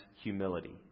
humility